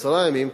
עשרה ימים,